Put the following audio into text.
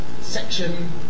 Section